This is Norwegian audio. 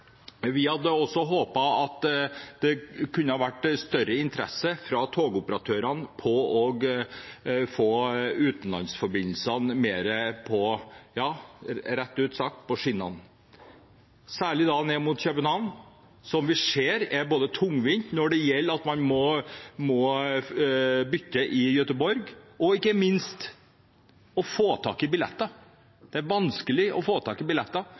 Vi hadde også håpet at det kunne ha vært større interesse fra togoperatørenes side for å få utenlandsforbindelsene, rett ut sagt, mer på skinnene – særlig ned mot København, der vi ser det er tungvint både fordi man må bytte i Gøteborg, og ikke minst når det gjelder å få tak i billetter. Det er vanskelig å få tak i billetter.